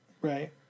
Right